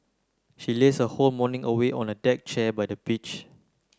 she lazed her whole morning away on a deck chair by the beach